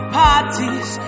parties